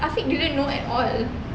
afiq didn't know at all